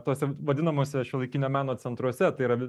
tose vadinamose šiuolaikinio meno centruose tai yra